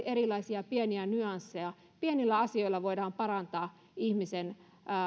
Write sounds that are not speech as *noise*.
*unintelligible* erilaisia pieniä nyansseja pienillä asioilla voidaan parantaa ihmisen